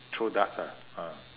throw darts ah ah